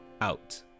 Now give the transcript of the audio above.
out